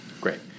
Great